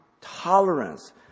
tolerance